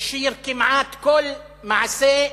הכשיר כמעט כל מעשה,